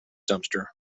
dumpster